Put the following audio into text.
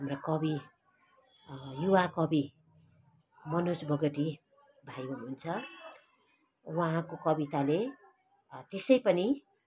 हाम्रा कवि युवा कवि मनोज बोगटी भाइ हुनुहुन्छ उहाँको कविताले त्यसै पनि